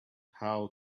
how